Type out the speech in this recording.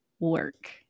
work